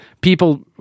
People